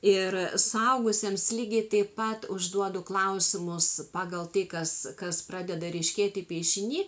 ir suaugusiems lygiai taip pat užduodu klausimus pagal tai kas kas pradeda ryškėti piešiny